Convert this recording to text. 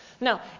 Now